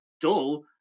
dull